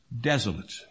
desolate